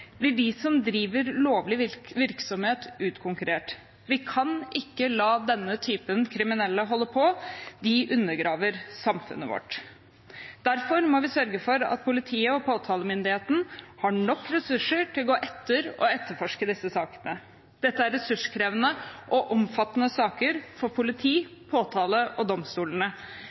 de som driver lovlig virksomhet, utkonkurrert. Vi kan ikke la denne typen kriminelle holde på. De undergraver samfunnet vårt. Derfor må vi sørge for at politiet og påtalemyndigheten har nok ressurser til å gå etter og etterforske disse sakene. Dette er ressurskrevende og omfattende saker for politiet, påtalemyndighetene og domstolene.